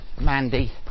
Mandy